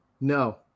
no